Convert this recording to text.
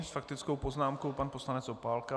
S faktickou poznámkou pan poslanec Opálka.